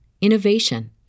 innovation